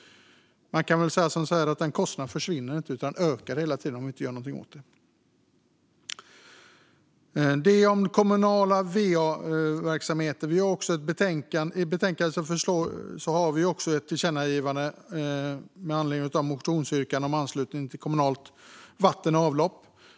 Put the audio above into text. En kostnad försvinner inte, utan den ökar hela tiden om man inte gör någonting åt den. Hittills har jag talat om kommunala va-verksamheter. Vi har också ett betänkande, och där har vi ett tillkännagivande med anledning av motionsyrkanden om anslutning till kommunalt vatten och avlopp.